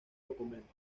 documentos